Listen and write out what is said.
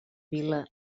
vila